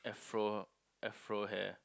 Afro Afro hair